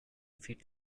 feet